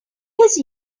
his